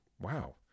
Wow